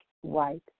white